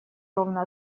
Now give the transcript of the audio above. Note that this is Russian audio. ровно